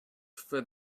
for